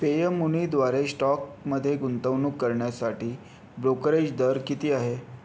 पेयमुनीद्वारे स्टॉकमध्ये गुंतवणूक करण्यासाठी ब्रोकरेज दर किती आहे